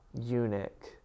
eunuch